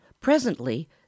Presently